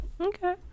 Okay